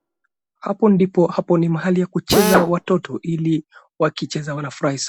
Hapo ndipo hapo ni mahali ya kucheza watoto ili wakicheza wanafurahi sana.